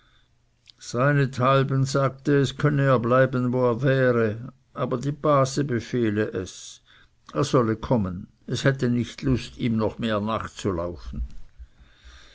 seinethalben sagte es könnte er bleiben wo er wäre aber die base befehle es er solle kommen es hätte nicht lust ihm noch mehr nachzulaufen